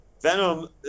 Venom